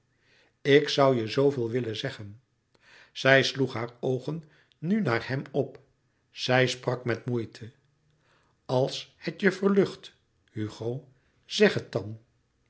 ik zoû je zooveel willen zeggen zij sloeg haar oogen nu naar hem op zij sprak met moeite als het je verlucht hugo zeg het dan